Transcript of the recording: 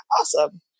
Awesome